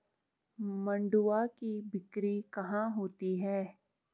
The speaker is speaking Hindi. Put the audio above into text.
मंडुआ की बिक्री कहाँ होती है?